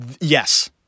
Yes